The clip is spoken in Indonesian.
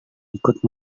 ikut